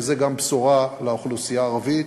וזאת גם בשורה לאוכלוסייה הערבית,